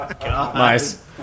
Nice